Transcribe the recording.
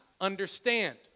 understand